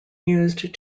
used